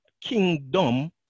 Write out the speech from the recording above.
kingdom